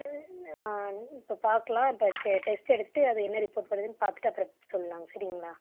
இப்போ பார்க்கலாம் first test எடுத்துகிட்டு அது என்ன ரிப்போர்ட் வருதுன்னு பார்த்துட்டு அப்புறம் சொல்லலாம் சரிங்களா